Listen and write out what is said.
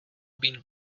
been